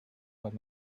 what